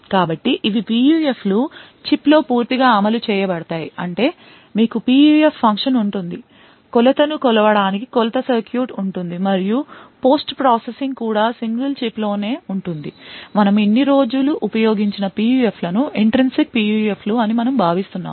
కాబట్టి ఇవి PUF లు చిప్లో పూర్తిగా అమలు చేయబడతాయి అంటే మీకు PUF ఫంక్షన్ ఉంటుంది కొలతను కొలవడానికి కొలత సర్క్యూట్ ఉంటుంది మరియు పోస్ట్ ప్రాసెసింగ్ కూడా సింగిల్ చిప్లోనే ఉంటుంది మనము ఇన్ని రోజులు ఉపయోగించిన PUFలను ఇంట్రిన్సిక్ PUF లు అని మనము భావిస్తున్నాము